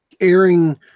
airing